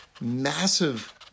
massive